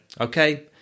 okay